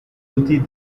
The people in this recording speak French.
outils